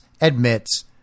admits